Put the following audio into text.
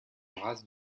race